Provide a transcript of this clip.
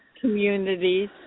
communities